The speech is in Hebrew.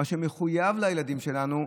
מה שמחויב לילדים שלנו,